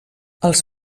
els